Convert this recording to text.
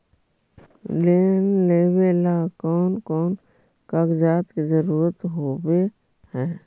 Loan लेबे ला कौन कौन कागजात के जरुरत होबे है?